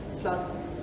floods